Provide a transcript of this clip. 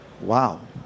Wow